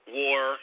war